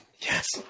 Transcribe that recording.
Yes